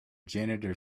janitor